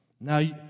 Now